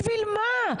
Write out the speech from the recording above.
בשביל מה?